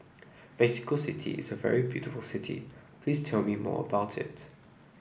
Mexico City is a very beautiful city please tell me more about it